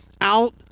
out